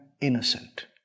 innocent